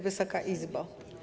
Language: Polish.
Wysoka Izbo!